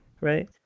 right